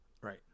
Right